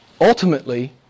Ultimately